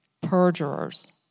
perjurers